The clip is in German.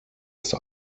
ist